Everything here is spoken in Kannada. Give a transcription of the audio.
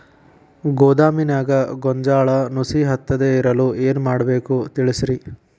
ಗೋದಾಮಿನ್ಯಾಗ ಗೋಂಜಾಳ ನುಸಿ ಹತ್ತದೇ ಇರಲು ಏನು ಮಾಡಬೇಕು ತಿಳಸ್ರಿ